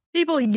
People